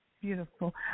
beautiful